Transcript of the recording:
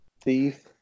thief